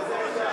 איזו עדה?